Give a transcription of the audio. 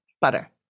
butter